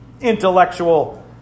intellectual